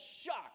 shocked